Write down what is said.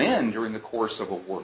in during the course of a war